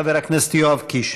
חבר הכנסת יואב קיש.